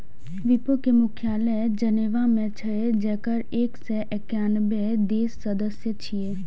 विपो के मुख्यालय जेनेवा मे छै, जेकर एक सय एकानबे देश सदस्य छियै